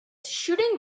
shooting